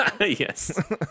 Yes